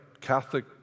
Catholic